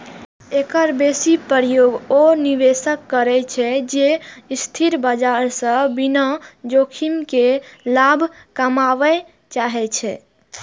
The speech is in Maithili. एकर बेसी प्रयोग ओ निवेशक करै छै, जे अस्थिर बाजार सं बिना जोखिम के लाभ कमबय चाहै छै